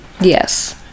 yes